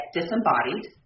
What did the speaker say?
disembodied